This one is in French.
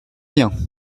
bien